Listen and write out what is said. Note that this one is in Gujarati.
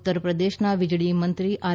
ઉત્તર પ્રદેશના વીજળી મંત્રી આર